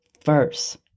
first